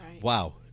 wow